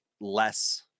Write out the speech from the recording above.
less